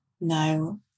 No